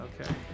Okay